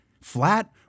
flat